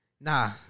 nah